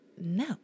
no